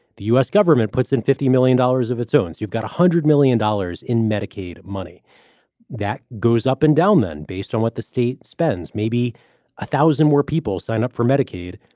the u s. government puts in fifty million dollars of its own. you've got one hundred million dollars in medicaid money that goes up and down. then based on what the state spends, maybe a thousand more people sign up for medicaid.